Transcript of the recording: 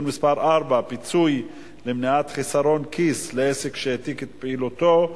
מס' 4) (פיצוי למניעת חסרון כיס לעסק שהעתיק את פעילותו),